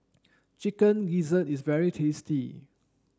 chicken gizzard is very tasty